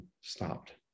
stopped